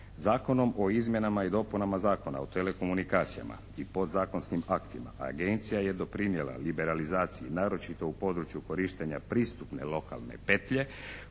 Zakonom o izmjenama i dopunama zakona o telekomunikacijama i podzakonskim aktima, agencija je doprinijela liberalizaciji naročito u području korištenja pristupne lokalne petlje,